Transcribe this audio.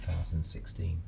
2016